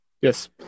Yes